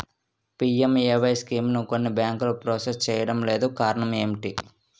PMAY స్కీమును కొన్ని బ్యాంకులు ప్రాసెస్ చేయడం లేదు కారణం ఏమిటి?